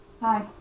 Hi